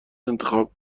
انتخاب